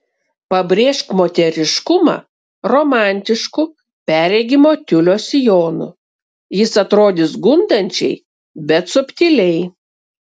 pabrėžk moteriškumą romantišku perregimo tiulio sijonu jis atrodys gundančiai bet subtiliai